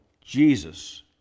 Jesus